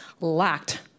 lacked